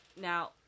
now